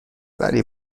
ولی